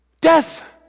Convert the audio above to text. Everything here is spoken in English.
death